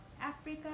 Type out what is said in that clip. Africa